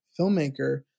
filmmaker